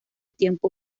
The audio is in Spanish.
tiempo